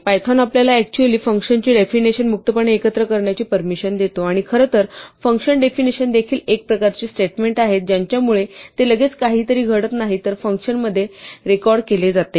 Python आपल्याला actually फंक्शन्सची definition मुक्तपणे एकत्र करण्याची परमिशन देतो आणि खरं तर फंक्शन्स डेफिनिशन देखील एक प्रकारची स्टेटमेंट आहेत ज्यांच्यामुळे ते लगेच काहीतरी घडत नाहीत तर फंक्शनमध्ये रेकॉर्ड केले जाते